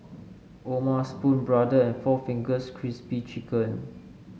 O'ma Spoon Brother and four Fingers Crispy Chicken